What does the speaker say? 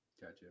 Gotcha